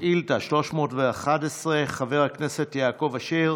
שאילתה מס' 311, של חבר הכנסת יעקב אשר: